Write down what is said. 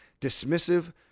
dismissive